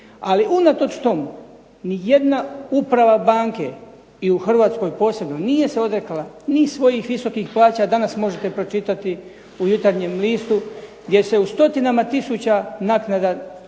Ali unatoč tomu nijedna uprava banke, i u Hrvatskoj posebno, nije se odrekla ni svojih visokih plaća. Danas možete pročitati u Jutarnjem listu gdje se u stotinama tisuća naknada mjesečno